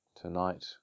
tonight